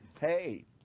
Hey